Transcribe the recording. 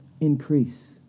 increase